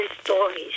stories